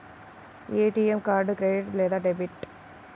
ATM card credit లేదా debit?